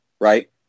right